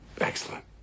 Excellent